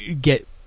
get